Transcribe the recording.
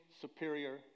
superior